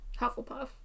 Hufflepuff